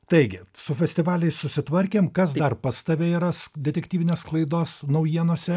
taigi su festivaliais susitvarkėm kas dar pas tave yra detektyvinės sklaidos naujienose